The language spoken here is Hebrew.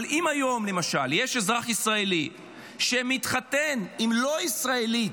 אבל אם היום למשל יש אזרח ישראלי שמתחתן עם לא ישראלית,